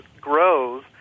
grows